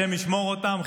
השם ישמור אותם,